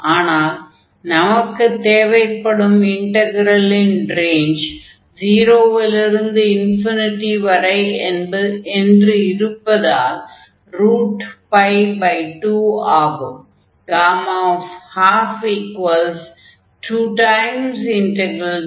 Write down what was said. ஆனால் நமக்குத் தேவைப்படும் இன்டக்ரலின் ரேஞ்ச் 0 லிருந்து வரை என்பதால் அதன் மதிப்பு 2 ஆகும்